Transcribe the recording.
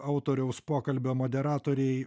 autoriaus pokalbio moderatoriai